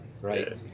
Right